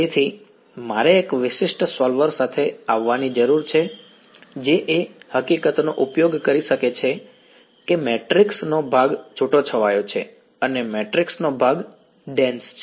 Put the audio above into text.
તેથી મારે એક વિશિષ્ટ સોલ્વર સાથે આવવાની જરૂર છે જે એ હકીકતનો ઉપયોગ કરી શકે કે મેટ્રિક્સનો ભાગ છૂટોછવાયો છે અને મેટ્રિક્સનો ભાગ ડેન્સ છે